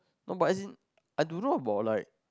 no but as in I don't know about like